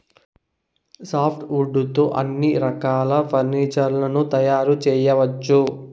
soft wood తో అన్ని రకాల ఫర్నీచర్ లను తయారు చేయవచ్చు